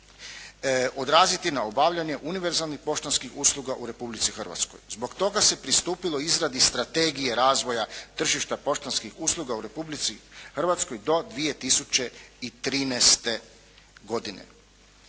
odraziti na obavljanje univerzalnih poštanskih usluga u Republici Hrvatskoj. Zbog toga se pristupilo izradi strategije razvoja tržišta poštanskih usluga u Republici Hrvatskoj do 2013. godine.